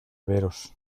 veros